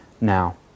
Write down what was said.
now